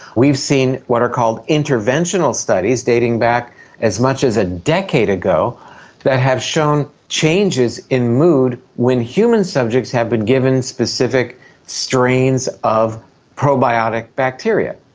we've seen what are called interventional studies dating back as much as a decade ago that have shown changes in mood when human subjects have been given specific strains of probiotic bacteria.